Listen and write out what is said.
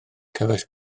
cefais